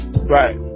Right